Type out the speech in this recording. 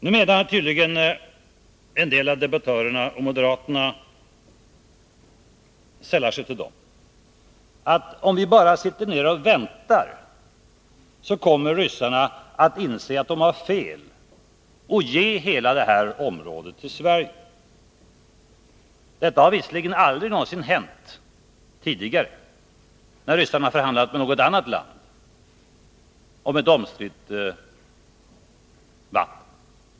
Nu menar tydligen en del av debattörerna — och moderaterna sällar sig till dem — att ryssarna, om vi bara sitter ned och väntar, kommer att inse att de har fel och ge hela detta område till Sverige. Detta har visserligen aldrig någonsin hänt tidigare, när ryssarna har förhandlat med något annat land om ett omstritt vatten.